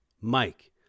Mike